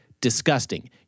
disgusting